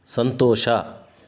ಸಂತೋಷ